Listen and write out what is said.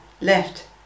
left